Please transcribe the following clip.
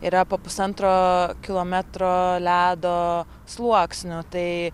yra po pusantro kilometro ledo sluoksniu tai